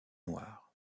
noirs